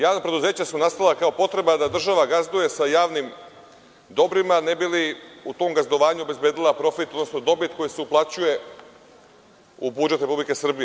Javna preduzeća su nastala kao potreba da država gazduje sa javnim dobrima ne bi li u tom gazdovanju obezbedila profit, odnosno dobit koji se uplaćuje u budžet Republike Srbije.